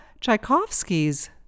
Tchaikovsky's